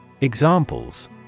Examples